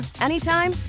anytime